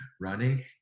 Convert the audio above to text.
running